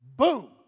Boom